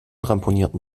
ramponierten